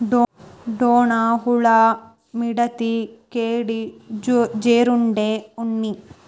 ಡೋಣ ಹುಳಾ, ವಿಡತಿ, ಕೇಡಿ, ಜೇರುಂಡೆ, ಉಣ್ಣಿ